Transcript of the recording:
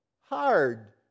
hard